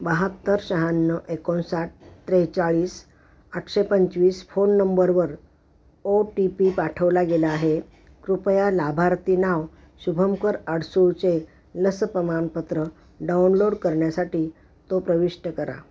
बहात्तर शहयाण्णव एकोणसाठ त्रेचाळीस आठशे पंचवीस फोन नंबरवर ओ टी पी पाठवला गेला आहे कृपया लाभार्थी नाव शुभंकर अडसूळचे लस प्रमाणपत्र डाउनलोड करण्यासाठी तो प्रविष्ट करा